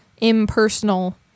impersonal